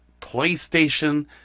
PlayStation